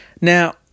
Now